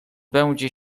będzie